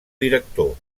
director